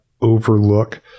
overlook